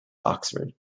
oxford